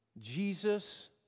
Jesus